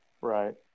right